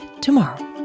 tomorrow